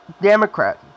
Democrat